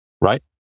right